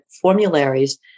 formularies